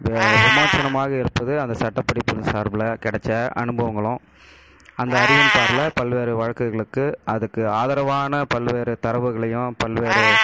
விமாேசனமாக இருப்பது அந்த சட்ட படிப்பு சார்பில் கிடச்ச அனுபவங்களும் அந்த அறிவின் பார்வைல பல்வேறு வழக்குகளுக்கு அதுக்கு ஆதரவான பல்வேறு தரவுகளையும் பல்வேறு